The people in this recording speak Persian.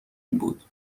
بود